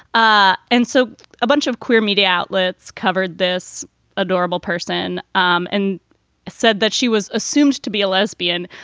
ah and so a bunch of queer media outlets covered this adorable person um and said that she was assumed to be a lesbian.